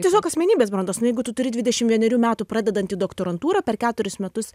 tiesiog asmenybės brandos nu jeigu tu turi dvidešim vienerių metų pradedantį doktorantūrą per keturis metus